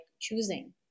choosing